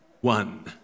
one